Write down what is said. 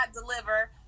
deliver